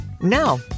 Now